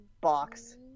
box